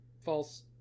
false